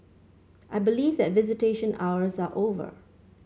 I believe that visitation hours are over